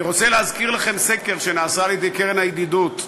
אני רוצה להזכיר לכם סקר שנעשה על-ידי הקרן לידידות,